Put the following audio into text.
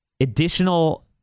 additional